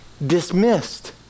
dismissed